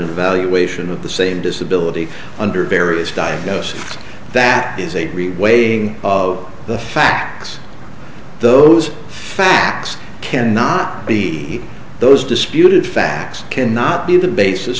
evaluation of the same disability under various diagnosis that is a weighting of the facts those facts cannot be those disputed facts cannot be the basis